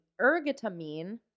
ergotamine